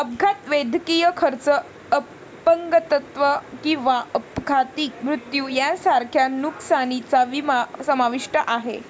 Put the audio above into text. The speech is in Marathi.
अपघात, वैद्यकीय खर्च, अपंगत्व किंवा अपघाती मृत्यू यांसारख्या नुकसानीचा विमा समाविष्ट आहे